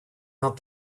not